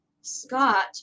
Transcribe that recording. Scott